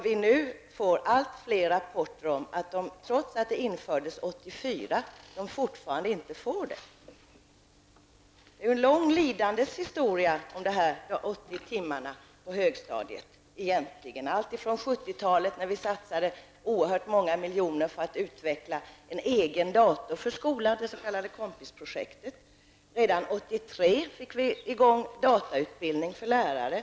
Vi får allt fler rapporter om att eleverna, trots att denna undervisning infördes 1984, fortfarande inte får en sådan undervisning. Dessa 80 timmars undervisning på högstadiet är egentligen en lång lidandes historia, alltifrån 70-talet när vi satsade oerhört många miljoner för att utveckla en egen dator för skolan, det s.k. Kompisprojektet. Redan 1983 fick vi i gång datautbildning för lärare.